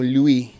Louis